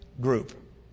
group